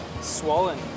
swollen